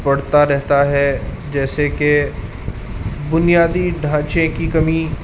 پڑتا رہتا ہے جیسے کہ بنیادی ڈھانچے کی کمی